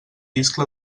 iscle